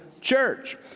church